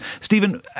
Stephen